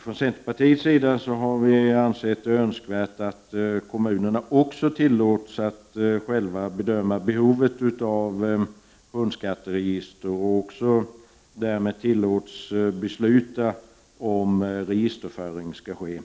Från centerpartiets sida har vi ansett det önskvärt att kommunerna också tillåts att själva bedöma behovet av hundskatteregister och därmed även tilllåts besluta, om registerföring skall ske.